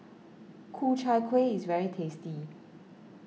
Ku Chai Kuih is very tasty